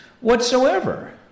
whatsoever